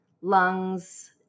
lungs